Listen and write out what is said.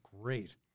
great